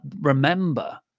remember